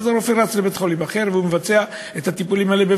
ואז הרופא רץ לבית-חולים אחר ומבצע את הטיפולים האלה שם,